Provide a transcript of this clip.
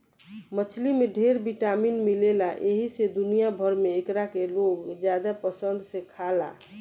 मछली में ढेर विटामिन मिलेला एही से दुनिया भर में एकरा के लोग ज्यादे पसंद से खाला